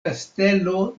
kastelo